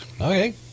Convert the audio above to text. Okay